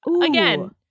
Again